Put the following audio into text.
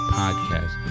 podcast